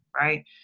Right